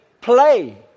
play